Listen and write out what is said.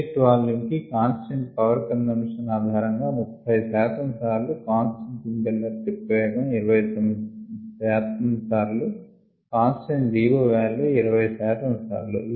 unit volume కి constant power consumption ఆధారంగా 30శాతం సార్లు కాన్స్టెంట్ ఇంపెల్లర్ టిప్ వేగం 20శాతం సార్లు కాన్స్టెంట్ DO వాల్యూ 20 శాతం సార్లు